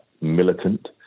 militant